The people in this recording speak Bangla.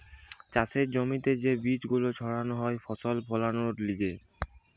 চাষের জমিতে যে বীজ গুলো ছাড়ানো হয় ফসল ফোলানোর লিগে